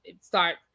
start